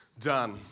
Done